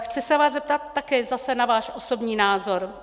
Chci se vás zeptat také zase na váš osobní názor.